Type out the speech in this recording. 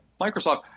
Microsoft